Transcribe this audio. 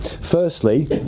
Firstly